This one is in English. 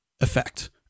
effect